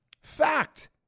Fact